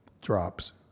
drops